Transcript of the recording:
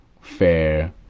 fair